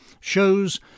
shows